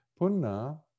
Punna